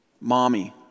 mommy